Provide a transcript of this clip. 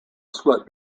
split